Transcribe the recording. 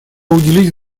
уделить